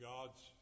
God's